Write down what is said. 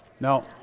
no